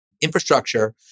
infrastructure